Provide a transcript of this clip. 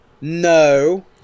No